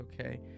okay